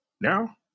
Now